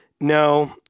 No